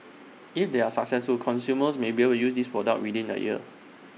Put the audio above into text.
is they are successful consumers may be able use this product within A year